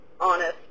honest